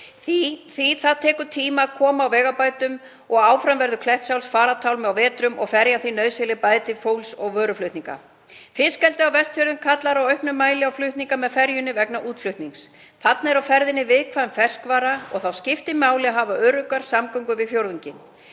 að það tekur tíma að koma á vegabótum. Áfram verður Klettsháls farartálmi á vetrum og ferja því nauðsynleg, bæði til fólks- og vöruflutninga. Fiskeldi á Vestfjörðum kallar í auknum mæli á flutninga með ferjunni vegna útflutnings. Þarna er á ferðinni viðkvæm ferskvara og þá skiptir máli að hafa öruggar samgöngur við fjórðunginn.